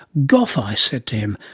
gough, i said to him,